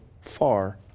far